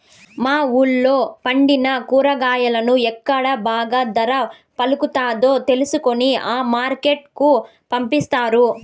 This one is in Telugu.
మా వూళ్ళో పండిన కూరగాయలను ఎక్కడ బాగా ధర పలుకుతాదో తెలుసుకొని ఆ మార్కెట్ కు పంపిస్తారు